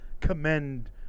commend